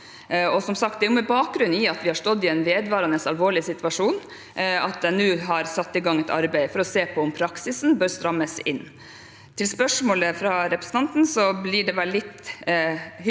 er det med bakgrunn i at vi har stått i en vedvarende alvorlig situasjon, at jeg nå har satt i gang et arbeid for å se på om praksisen bør strammes inn. Spørsmålet fra representanten blir vel litt hypotetisk,